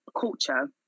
culture